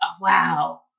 wow